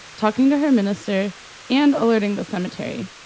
talking to her minister and alerting the cemetery.